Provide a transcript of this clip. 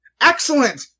Excellent